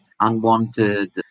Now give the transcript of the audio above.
unwanted